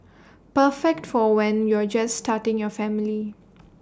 perfect for when you're just starting your family